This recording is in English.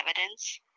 evidence